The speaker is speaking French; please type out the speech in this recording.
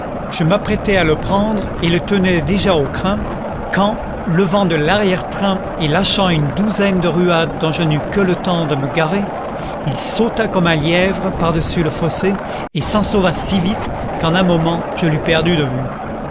je m'apprêtais à le prendre et le tenais déjà aux crins quand levant de l'arrière-train et lâchant une douzaine de ruades dont je n'eus que le temps de me garer il sauta comme un lièvre par-dessus le fossé et s'ensauva si vite qu'en un moment je l'eus perdu de vue